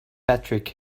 patrick